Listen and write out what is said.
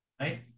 right